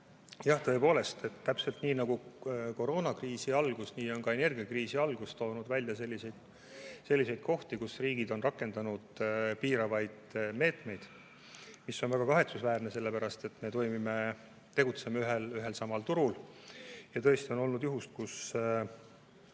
Jah, tõepoolest, täpselt nii nagu koroonakriisi algus, on ka energiakriisi algus toonud välja selliseid kohti, kus riigid on rakendanud piiravaid meetmeid. See on väga kahetsusväärne, sellepärast et me toimime ja tegutseme ühel ja samal turul. Tõesti on olnud juhus, kus